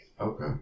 Okay